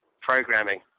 programming